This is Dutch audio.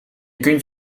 kunt